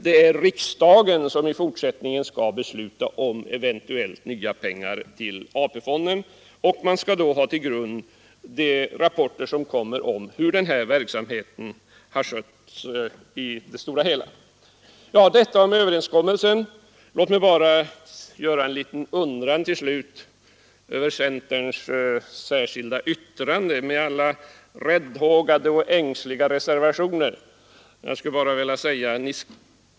Det är riksdagen som i fortsättningen skall besluta om eventuellt nya pengar till AP-fonden, och man skall då som grund för beslutet ha de rapporter som kommer om hur denna verksamhet har skötts i det stora hela. Detta om överenskommelsen, Låt mig sedan bara framföra en liten undran med anledning av centerns särskilda yttrande med alla räddhågade och ängsliga reservationer.